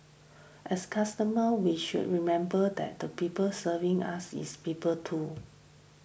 as customer we should remember that the people serving us is people too